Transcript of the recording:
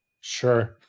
Sure